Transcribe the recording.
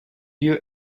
you